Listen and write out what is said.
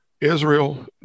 Israel